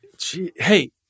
Hey